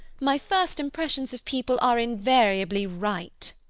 my first impressions of people are invariably right.